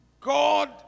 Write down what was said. God